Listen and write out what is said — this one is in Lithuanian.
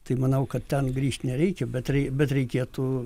tai manau kad ten grįžt nereikia bet rei bet reikėtų